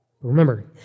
Remember